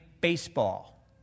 baseball